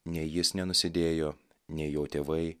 nei jis nenusidėjo nei jo tėvai